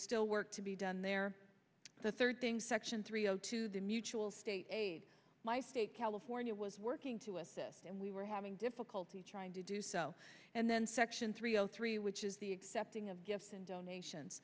still work to be done there the third thing section three o two the mutual state aid my state california was working to assist and we were having difficulty trying to do so and then section three zero three which is the accepting of gifts and donations